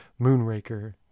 Moonraker